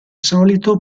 solito